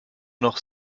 noch